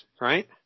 right